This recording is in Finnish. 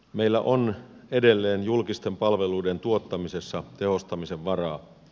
meillä on edelleen julkisten palveluiden tuottamisessa tehostamisen varaa